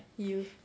you